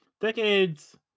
Decade's